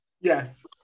Yes